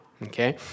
Okay